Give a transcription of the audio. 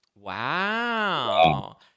wow